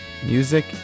Music